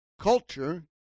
Culture